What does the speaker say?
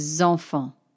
enfants